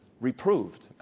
Reproved